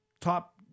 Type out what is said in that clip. top